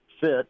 fit